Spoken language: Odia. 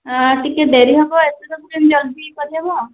ହଁ ଟିକେ ଡେରି ହେବ ଏତେ ଜଲ୍ଦି କ'ଣ କରିହେବ